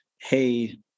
hey